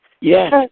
Yes